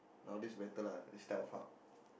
nowadays better lah these type of hub